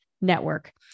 network